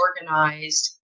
organized